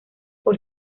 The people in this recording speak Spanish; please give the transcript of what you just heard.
por